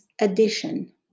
addition